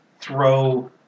throw